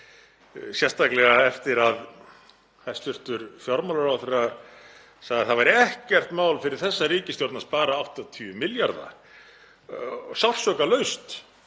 sérstaklega eftir að hæstv. fjármálaráðherra sagði að það væri ekkert mál fyrir þessa ríkisstjórn að spara 80 milljarða sársaukalaust.